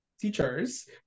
teachers